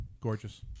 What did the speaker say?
Gorgeous